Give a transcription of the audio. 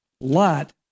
Lot